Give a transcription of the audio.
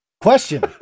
question